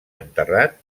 enterrat